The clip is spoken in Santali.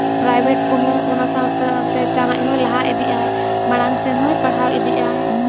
ᱯᱨᱟᱭᱵᱷᱮᱴ ᱠᱚᱦᱚᱸ ᱚᱱᱟ ᱥᱟᱶᱛᱮ ᱥᱟᱶᱛᱮ ᱪᱟᱱᱟᱪ ᱦᱚᱭ ᱞᱟᱦᱟ ᱤᱫᱤᱜᱼᱟᱭ ᱢᱟᱲᱟᱝ ᱥᱮᱱ ᱦᱚᱭ ᱯᱟᱲᱦᱟᱣ ᱤᱫᱤᱜᱼᱟᱭ